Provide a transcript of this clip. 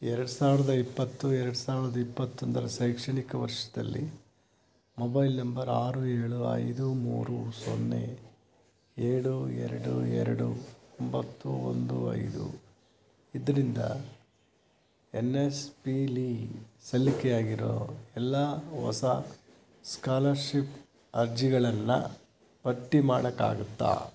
ಎರಡು ಸಾವಿರದ ಇಪ್ಪತ್ತು ಎರಡು ಸಾವಿರದ ಇಪ್ಪತ್ತೊಂದರ ಶೈಕ್ಷಣಿಕ ವರ್ಷದಲ್ಲಿ ಮೊಬೈಲ್ ನಂಬರ್ ಆರು ಏಳು ಐದು ಮೂರು ಸೊನ್ನೆ ಏಳು ಎರಡು ಎರಡು ಒಂಬತ್ತು ಒಂದು ಐದು ಇದರಿಂದ ಎನ್ ಎಸ್ ಪಿಲಿ ಸಲ್ಲಿಕೆ ಆಗಿರೋ ಎಲ್ಲ ಹೊಸ ಸ್ಕಾಲರ್ಶಿಪ್ ಅರ್ಜಿಗಳನ್ನು ಪಟ್ಟಿ ಮಾಡಕ್ಕಾಗುತ್ತಾ